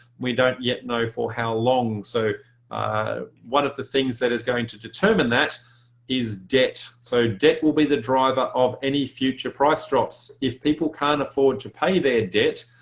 we don't yet know for how long. so one of the things that is going to determine that is debt. so debt will be the driver of any future price drops. if people can't afford to pay their debt,